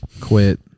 quit